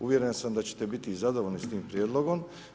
Uvjeren sam da ćete biti zadovoljni s tim prijedlogom.